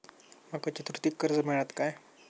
माका चतुर्थीक कर्ज मेळात काय?